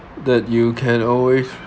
that you can always